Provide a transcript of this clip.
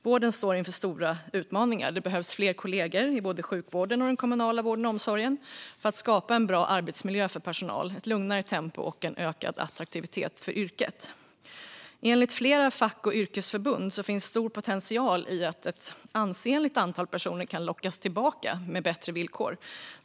Vården står inför stora utmaningar. Det behövs fler kollegor i både sjukvården och den kommunala vården och omsorgen för att skapa en bra arbetsmiljö för personalen med ett lugnare tempo och ökad attraktivitet för yrket. Enligt flera fack och yrkesförbund finns det stor potential i att ett ansenligt antal personer kan lockas tillbaka med bättre villkor.